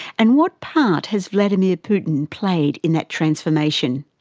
and what part has vladimir putin played in that transformation?